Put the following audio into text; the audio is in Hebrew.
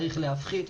צריך להפחית,